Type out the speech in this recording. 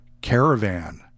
Caravan